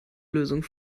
lösung